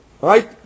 Right